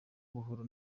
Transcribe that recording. buhoro